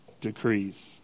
decrees